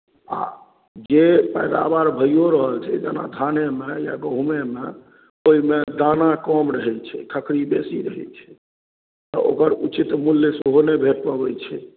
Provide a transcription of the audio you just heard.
आ जे पैदावार भइयो रहल छै जेना धानेमे या गहुँमेमे ओहिमे दाना कम रहैत छै खखरी बेसी रहैत छै तऽ ओकर उचित मूल्य सेहो नहि भेट पबैत छै